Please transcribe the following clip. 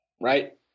right